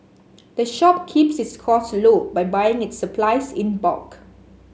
the shop keeps its costs low by buying its supplies in bulk